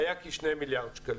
האומדן היה כשני מיליארד שקלים.